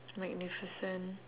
magnificent